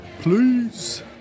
Please